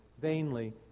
vainly